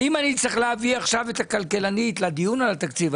האם אני צריך להביא עכשיו את הכלכלנית לדיון על התקציב?